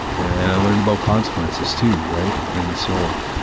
and i learned about consequences too, right? and so,